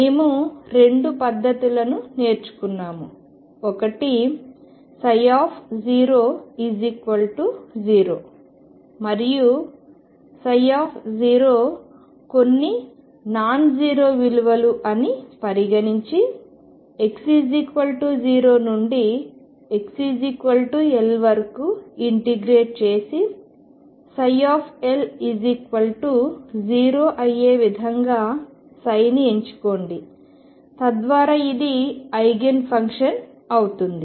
మేము రెండు పద్ధతులను నేర్చుకున్నాము ఒకటి 00 మరియు కొన్ని నాన్జీరో విలువలు అని పరిగణించి x0 నుండి xL వరకు ఇంటిగ్రేట్ చేసి L0 అయ్యే విధంగా ని ఎంచుకోండి తద్వారా ఇది ఐగెన్ ఫంక్షన్ అవుతుంది